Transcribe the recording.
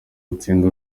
utsinde